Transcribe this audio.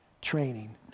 training